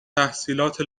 تحصیلات